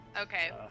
Okay